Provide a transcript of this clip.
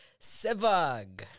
Sevag